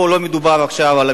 פה לא מדובר על הממשלה,